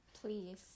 please